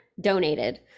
donated